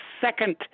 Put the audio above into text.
second